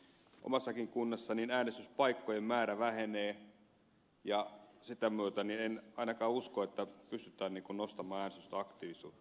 omassa kunnassanikin äänestyspaikkojen määrä vähenee ja sitä myötä en ainakaan usko että pystytään nostamaan äänestysaktiivisuutta